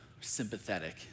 sympathetic